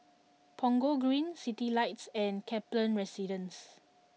Punggol Green Citylights and Kaplan Residence